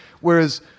whereas